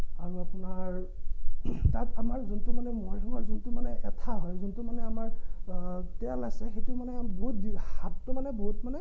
আৰু আপোনাৰ তাত আমাৰ যোনটো মানে ম'হৰ শিঙৰ যোনটো মানে এঠা হয় যোনটো মানে আমাৰ তেল আছে সেইটো মানে বহুত হাতটো মানে বহুত মানে